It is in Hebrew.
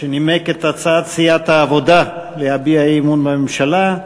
שנימק את הצעת סיעת העבודה להביע אי-אמון בממשלה.